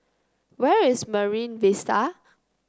where is Marine Vista